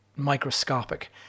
microscopic